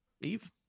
Eve